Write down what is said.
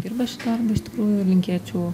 dirba šį darbą iš tikrųjų linkėčiau